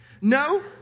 No